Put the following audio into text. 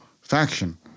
faction